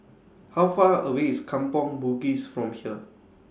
How Far away IS Kampong Bugis from here